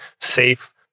safe